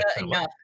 enough